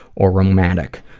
or romantic,